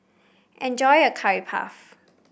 enjoy your Curry Puff